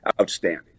outstanding